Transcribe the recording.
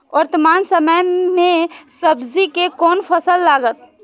वर्तमान समय में सब्जी के कोन फसल लागत?